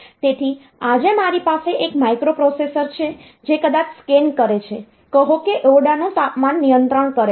તેથી આજે મારી પાસે એક માઇક્રોપ્રોસેસર છે જે કદાચ સ્કેન કરે છે કહો કે ઓરડાનું તાપમાન નિયંત્રણ કરે છે